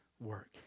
work